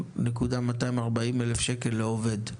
3,240,000 ₪ לכל עובד.